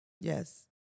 Yes